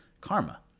karma